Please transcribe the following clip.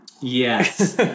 Yes